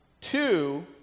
two